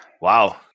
Wow